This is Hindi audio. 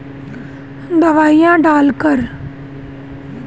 मैं खरपतवार कैसे हटाऊं?